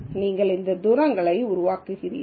நீங்கள் இந்த தூரங்களை உருவாக்குவீர்கள்